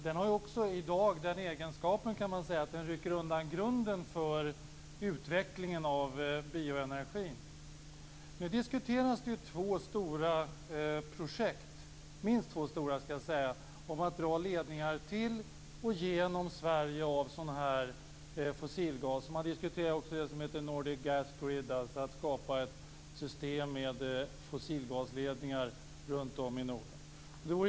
Den har den egenskapen att den rycker undan grunden för utvecklingen av bioenergin. Nu diskuteras minst två stora projekt med att dra ledningar till och genom Sverige av sådan fossilgas. Man diskuterar också det som heter Nordic Gas Grid, som innebär att man skapar ett system med fossilgasledningar runt om i Norden.